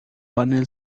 panel